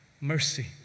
mercy